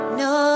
no